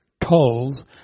tolls